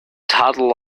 toddle